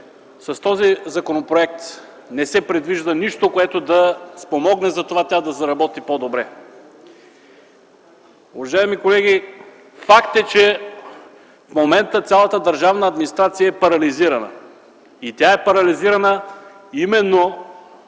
с този законопроект не се предвижда нищо, което да спомогне за това тя да заработи по добре. Уважаеми колеги, факт е, че в момента цялата държавна администрация е парализирана. И тя е парализирана именно